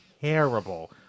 terrible